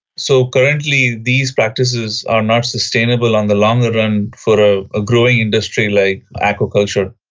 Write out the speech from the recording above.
so currently these practices are not sustainable in the long run for a growing industry like aquaculture.